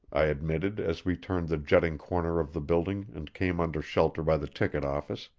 i admitted as we turned the jutting corner of the building and came under shelter by the ticket office.